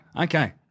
Okay